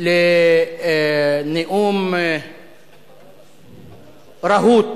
לנאום רהוט